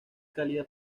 cálida